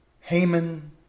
haman